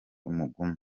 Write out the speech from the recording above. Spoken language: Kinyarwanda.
mugume